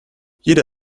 jeder